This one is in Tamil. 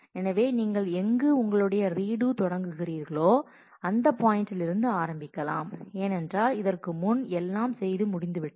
எனவே நீங்கள் எங்கு உங்களுடைய ரீடு தொடங்கு கிறீர்களோ அந்த பாயிண்டில் இருந்து ஆரம்பிக்கலாம் ஏனென்றால் இதற்கு முன் எல்லாம் செய்து முடிந்துவிட்டது